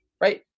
right